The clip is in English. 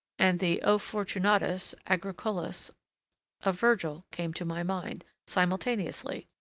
and the o fortunatos agricolas of virgil, came to my mind simultaneously,